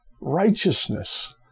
righteousness